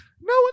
No